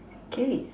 okay